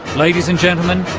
ladies and gentlemen,